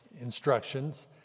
instructions